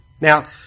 Now